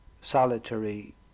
solitary